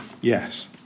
Yes